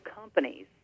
companies